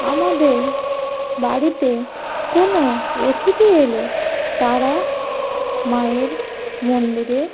আমাদের বাড়িতে কোনো অতিথি এলে তারা মায়ের মন্দিরে